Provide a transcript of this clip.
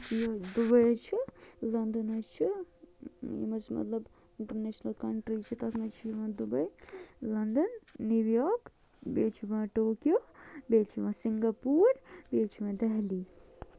Dubai حظ چھُ London حظ چھ یم حظ چھِ مَطلَب اِنٹرنیشنَل کَنٹری چھِ تتھ مَنٛز چھُ یِوان دُبے لنٛدن نیوٗ یارک بیٚیہِ چھُ یوان ٹوکیو بیٚیہِ چھُ یوان سِنگاپور بیٚیہِ چھُ یوان دہلی